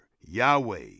yahweh